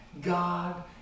God